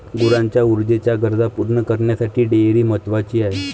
गुरांच्या ऊर्जेच्या गरजा पूर्ण करण्यासाठी डेअरी महत्वाची आहे